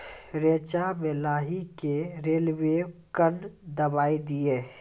रेचा मे राही के रेलवे कन दवाई दीय?